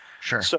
Sure